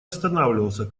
останавливался